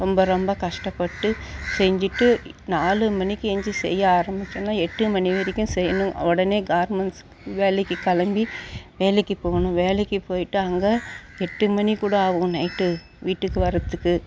ரொம்ப ரொம்ப கஷ்டப்பட்டு செஞ்சுட்டு நாலு மணிக்கு ஏந்திச்சி செய்ய ஆரம்பித்தோனா எட்டு மணி வரைக்கும் செய்யணும் உடனே கார்மெண்ட்ஸுக்கு வேலைக்கு கிளம்பி வேலைக்கு போகணும் வேலைக்கு போய்ட்டு அங்கே எட்டு மணி கூட ஆகும் நைட்டு வீட்டுக்கு வரத்துக்கு